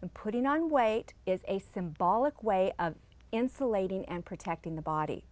and putting on weight is a symbolic way of insulating and protecting the body